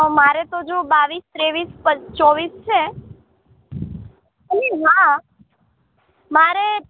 મારે તો જો બાવીસ ત્રેવીસ પચ ચોવીસ છે અને હા મારે